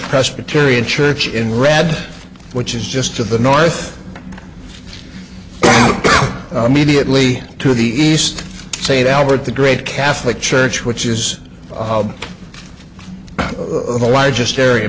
presbyterian church in red which is just to the north mediately to the east say to albert the great catholic church which is the largest area